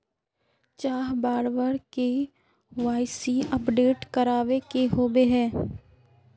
चाँह बार बार के.वाई.सी अपडेट करावे के होबे है?